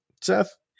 Seth